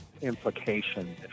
implication